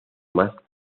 más